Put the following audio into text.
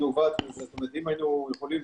אם היינו יכולים,